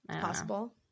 Possible